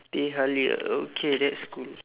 teh halia okay that's cool